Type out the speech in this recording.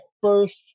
first